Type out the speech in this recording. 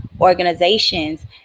organizations